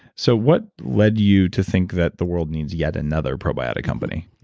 so what led you to think that the world needs yet another probiotic company?